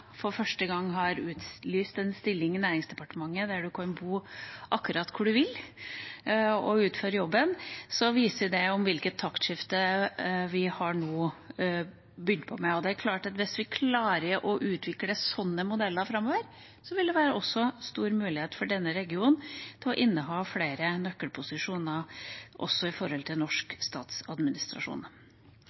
for første gang har utlyst en stilling i Næringsdepartementet der man kan bo akkurat hvor man vil, og likevel utføre jobben, viser det hvilket taktskifte vi nå har begynt på. Og det er klart at hvis vi klarer å utvikle slike modeller framover, vil det også være store muligheter for denne regionen til å inneha flere nøkkelposisjoner også i norsk statsadministrasjon.